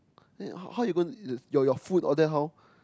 then how how you going to eat your your food all that how